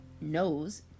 knows